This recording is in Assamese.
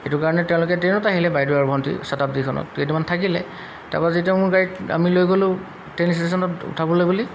সেইটো কাৰণে তেওঁলোকে ট্ৰেইনত আহিলে বাইদেউ আৰু ভণ্টি শ্বটাব্দিখনত কেইদিনমান থাকিলে তাৰপা যেতিয়া মোৰ গাড়ীত আমি লৈ গ'লো ট্ৰেইন ষ্টেচনত উঠাবলৈ বুলি